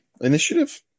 Initiative